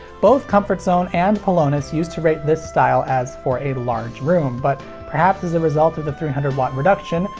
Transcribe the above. both comfort zone and pelonis used to rate this style as for a large room, but perhaps as a result of the three hundred w reduction,